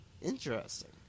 Interesting